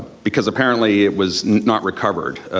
because apparently it was not recovered.